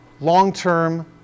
long-term